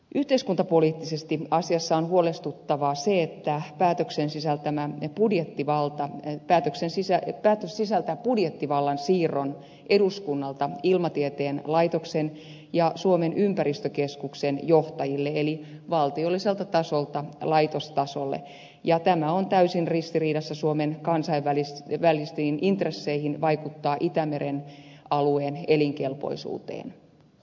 yhteiskuntapoliittisesti asiassa on huolestuttavaa se että h päätöksen sisältämän budjettivaltaa päätöksen sisältö päätös sisältää budjettivallan siirron eduskunnalta ilmatieteen laitoksen ja suomen ympäristökeskuksen johtajille eli valtiolliselta tasolta laitostasolle ja tämä on täysin ristiriidassa suomen kansainvälisten intressien kanssa vaikuttaa itämeren alueen elinkelpoisuuteen